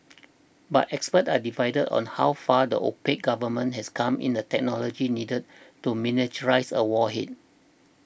but experts are divided on how far the opaque government has come in the technology needed to miniaturise a warhead